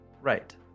Right